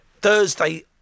Thursday